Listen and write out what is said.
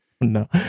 No